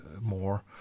more